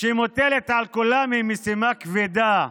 שמוטלת על כולם היא משימה כבדה: